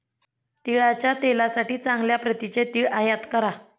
तिळाच्या तेलासाठी चांगल्या प्रतीचे तीळ आयात करा